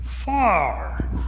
Far